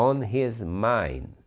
on his mind